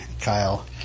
Kyle